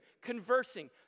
Conversing